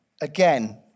again